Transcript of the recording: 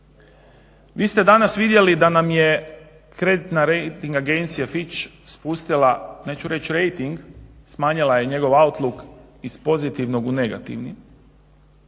Vi ste danas vidjeli da nam je kreditna rejting Agencija FITCH spustila neću reći rejting smanjila je njegov outlook iz pozitivni u negativni.